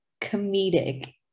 comedic